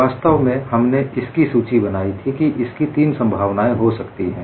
वास्तव में हमने सूची बनाई थी कि इसकी तीन संभावनाएं हो सकती हैं